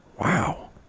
Wow